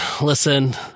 Listen